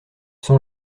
sont